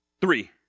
Three